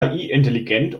intelligent